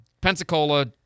Pensacola